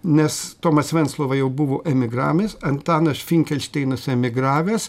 nes tomas venclova jau buvo emigramis antanas finkelšteinas emigravęs